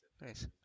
Nice